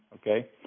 okay